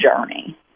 journey